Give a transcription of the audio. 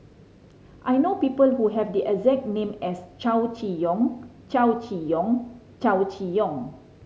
I know people who have the exact name as Chow Chee Yong Chow Chee Yong Chow Chee Yong